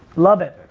love it.